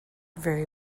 very